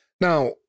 Now